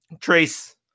Trace